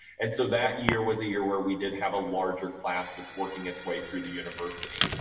and so that year was a year where we did have a larger class that's working its way through the university.